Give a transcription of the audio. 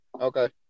Okay